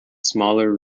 smaller